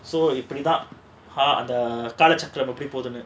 so you put it up ah the காலச்சக்கரம் எப்படி போகுதுனு:kalaachaaram epdi poguthunu